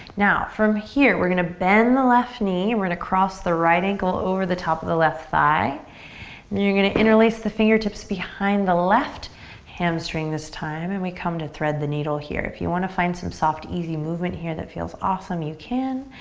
now from here we're gonna bend the left knee, we're gonna cross the right ankle over the top of the left thigh. then you're gonna interlace the fingertips behind the left hamstring this time and we come to thread the needle here. if you want to find some soft, easy movement here that feels awesome, you can.